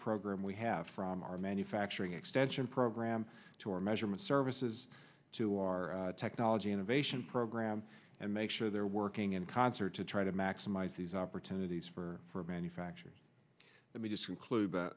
program we have from our manufacturing extension program to our measurement services to our technology innovation program and make sure they're working in concert to try to maximize these opportunities for manufacturers that we just include th